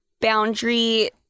boundary